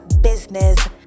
business